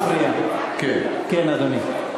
כן, אדוני.